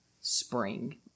spring